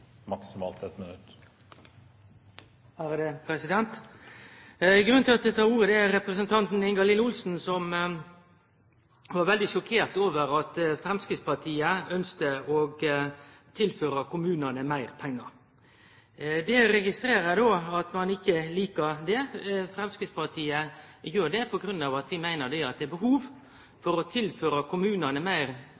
minutt. Grunnen til at eg tek ordet, er representanten Ingalill Olsen, som var veldig sjokkert over at Framstegspartiet ønskte å tilføre kommunane meir pengar. Det eg registrerer, er at ein ikkje likar det. Framstegspartiet gjer det fordi vi meiner det er behov